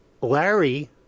Larry